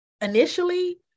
initially